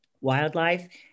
wildlife